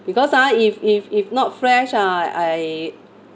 because ah if if if not fresh ah I I